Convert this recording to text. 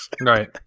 Right